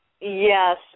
Yes